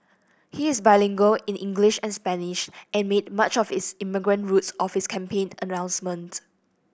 he is bilingual in English and Spanish and made much of is immigrant roots at his campaign announcement